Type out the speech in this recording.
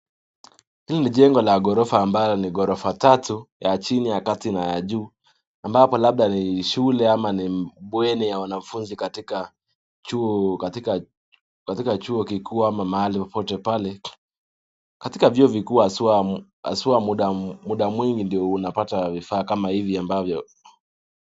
Hili ni jengo la ghorofa ambalo ni ghorofa tatu, ya chini ya kati na ya juu ambapo labda ni shule ama ni bweni la wanafunzi katika chuo kikuu ama mahali popote pale. Katika vyuo vikuu haswa muda mwingi ndi unapata vifaa kama hivi ambavyo...